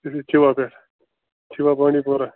چھِوا پٮ۪ٹھ چھِوا بانٛڈی پورہ